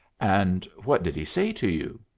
and what did he say to you?